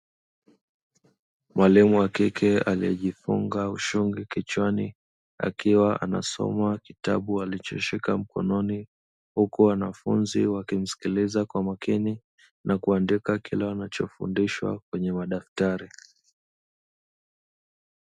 Mwalimu wa kike aliyejifunga ushungi kichwani akiwa anasoma kitabu alichoshika mkononi, huku wanafunzi wakimsikiliza kwa makini na kuandika kile wanachofundishwa kwenye madaftari.